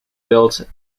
built